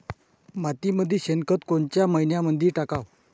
मातीमंदी शेणखत कोनच्या मइन्यामंधी टाकाव?